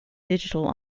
digital